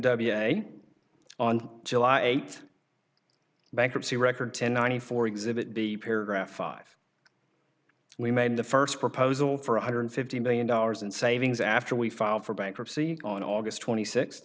n on july eighth bankruptcy record to ninety four exhibit b paragraph five we made the first proposal for one hundred fifty million dollars in savings after we filed for bankruptcy on august twenty six